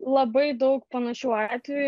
labai daug panašių atvejų ir